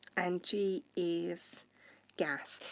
and g is gas.